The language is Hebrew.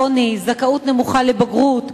על עוני ועל זכאות נמוכה לבגרות.